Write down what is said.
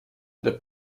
the